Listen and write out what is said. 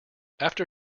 after